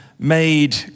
Made